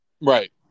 Right